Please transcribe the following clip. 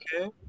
okay